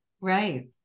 Right